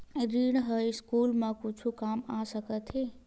ऋण ह स्कूल मा कुछु काम आ सकत हे?